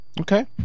Okay